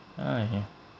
!aiya!